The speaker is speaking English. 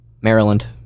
Maryland